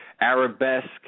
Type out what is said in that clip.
arabesque